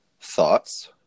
Thoughts